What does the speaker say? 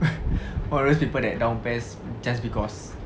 one of those people that down PES just because